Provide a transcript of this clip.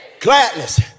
Gladness